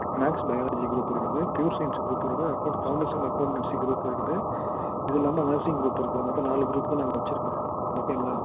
maths biology group இருக்குது pure science group இருக்குது account commerce and accountancy group இருக்குது இது இல்லாமல் நர்சிங் குரூப் இருக்குது மொத்தம் நாலு குரூப் தான் நாங்கள் வெச்சுருக்குறோம் ஓகேங்களா